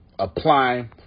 Apply